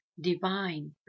divine